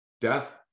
death